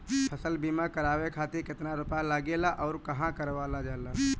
फसल बीमा करावे खातिर केतना रुपया लागेला अउर कहवा करावल जाला?